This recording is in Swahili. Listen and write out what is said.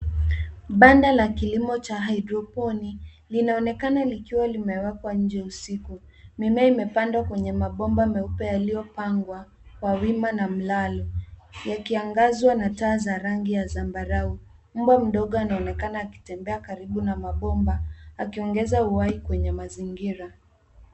Banda la kilimo cha hydroponi linaonekana kuwa limefunikwa kwa nuru ya nje usiku. Mimea imepandwa kwenye mabomba ya kijani yaliyofungwa wima kwa mlalo. taa ina rangi ya zambarau. Mbwa mdogo anaonekana akitembea karibu na mabomba, akiongeza uhai katika mazingira hayo.